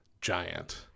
giant